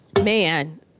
man